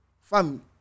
fam